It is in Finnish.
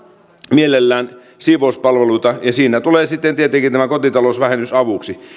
mielellään siivouspalveluita ja siinä tulee sitten tietenkin tämä kotitalousvähennys avuksi